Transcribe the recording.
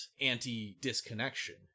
anti-disconnection